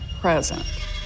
present